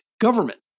government